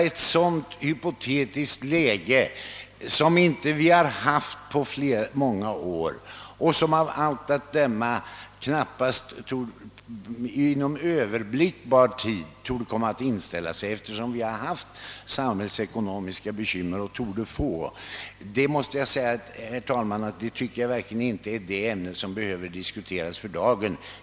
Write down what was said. Ett sådant hypotetiskt läge, som vi inte haft på många år och som av allt att döma knappast torde inställa sig inom överblickbar tid — vi får nog dras med våra samhällsekonomiska bekymmer — är inte vad som behöver diskuteras för dagen.